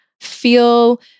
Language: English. feel